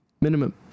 Minimum